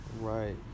Right